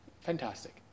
fantastic